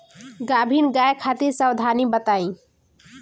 गाभिन गाय खातिर सावधानी बताई?